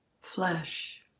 flesh